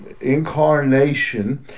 incarnation